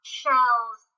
shells